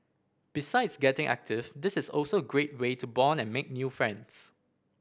besides getting active this is also a great way to bond and make new friends